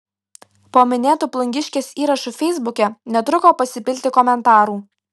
po minėtu plungiškės įrašu feisbuke netruko pasipilti komentarų